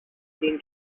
been